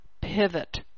pivot